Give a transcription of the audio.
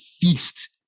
feast